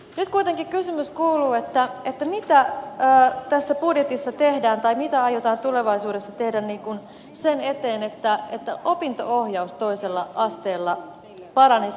nyt kuitenkin kysymys kuuluu mitä tässä budjetissa tehdään tai mitä aiotaan tulevaisuudessa tehdä sen eteen että opinto ohjaus toisella asteella paranisi